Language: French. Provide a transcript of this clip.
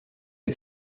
est